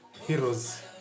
Heroes